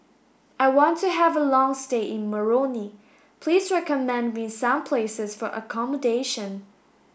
I want to have a long stay in Moroni please recommend me some places for accommodation